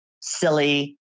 silly